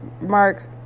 Mark